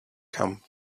come